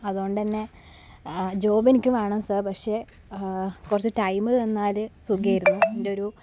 അതുകൊണ്ട് തന്നെ ജോബ് എനിക്ക് വേണം സര് പക്ഷെ കുറച്ചു ടൈമ് തന്നാൽ സുഖമായിരുന്നു എന്റെ ഒരു